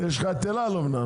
יש לך את אלעל אמנם.